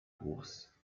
course